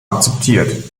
akzeptiert